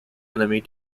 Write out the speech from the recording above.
enemy